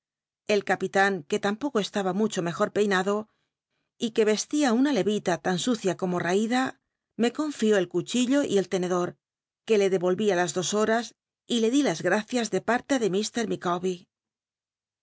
el capitan que lampoco estaba mucho mejor peinado y que cstia una ic'il t tan sucia como mida me confió el cuchillo y el tenedor que le dc ohí ü las dos horas y le dí las gracias de parte de